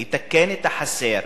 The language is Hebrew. לתקן את החסר,